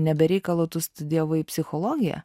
ne be reikalo tu studijavai psichologiją